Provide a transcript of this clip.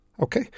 okay